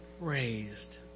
raised